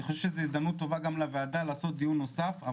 חושב שזו הזדמנות טובה גם לוועדה לעשות דיון נוסף,